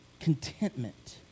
contentment